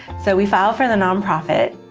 so we filed for the non-profit.